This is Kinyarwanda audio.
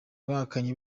bahakanye